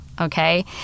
okay